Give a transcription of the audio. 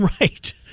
Right